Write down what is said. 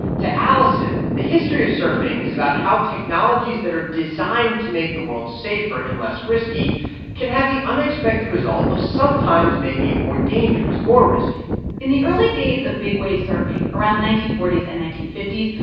to allison, the history of surfing is about how technologies that are designed to make the world safer and less risky can have the unexpected result of sometimes making it more dangerous, more risky in the early days of big-wave surfing, around the nineteen forty s and nineteen fifty s,